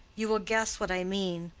you will guess what i mean.